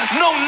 no